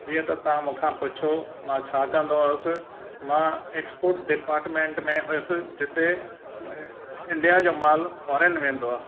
जीअं त तां मूंखां पुछियो मां छा कंदो हुयसि मां एक्सपोर्ट डिपार्टमेंट में हुयसि जिते इंडिया जो मालु फोरन वेंदो आहे